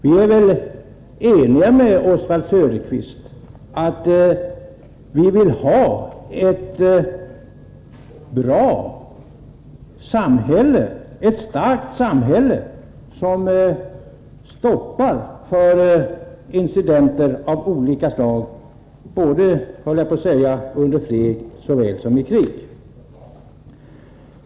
Vi är väl ense med Oswald Söderqvist om att vi skall ha ett starkt samhälle, som stoppar för incidenter av olika slag både i fred och i krig.